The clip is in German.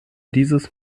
dieses